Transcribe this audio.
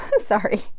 sorry